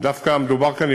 דווקא מדובר כאן,